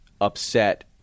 upset